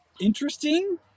interesting